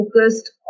focused